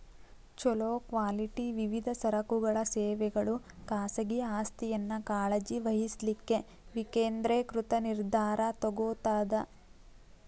ಛೊಲೊ ಕ್ವಾಲಿಟಿ ವಿವಿಧ ಸರಕುಗಳ ಸೇವೆಗಳು ಖಾಸಗಿ ಆಸ್ತಿಯನ್ನ ಕಾಳಜಿ ವಹಿಸ್ಲಿಕ್ಕೆ ವಿಕೇಂದ್ರೇಕೃತ ನಿರ್ಧಾರಾ ತೊಗೊತದ